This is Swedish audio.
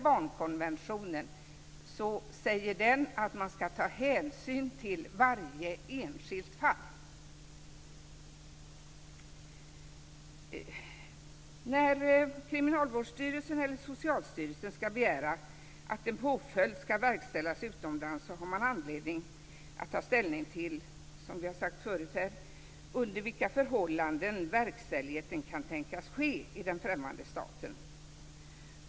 Barnkonventionen säger att man ska ta hänsyn till varje enskilt fall. När Kriminalvårdsstyrelsen eller Socialstyrelsen ska begära att en påföljd ska verkställas utomlands har man anledning att ta ställning till, som vi har sagt förut här, under vilka förhållanden verkställigheten kan tänkas ske i den främmande staten.